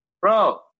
Bro